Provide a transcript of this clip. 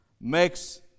makes